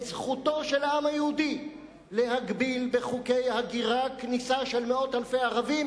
זכותו של העם היהודי להגביל בחוקי הגירה כניסה של מאות אלפי ערבים,